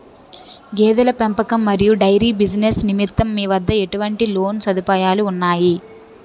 గేదెల పెంపకం మరియు డైరీ బిజినెస్ నిమిత్తం మీ వద్ద ఎటువంటి లోన్ సదుపాయాలు ఉన్నాయి?